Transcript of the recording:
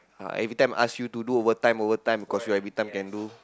everytime ask you to do overtime overtime cause you everytime can do